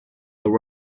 there